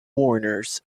mourners